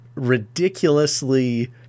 ridiculously